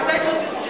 תודו שנכשלתם?